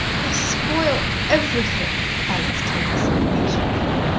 i spoil everything, alex told herself passionately,